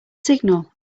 signal